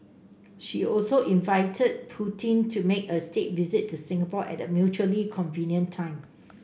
she also invited Putin to make a state visit to Singapore at a mutually convenient time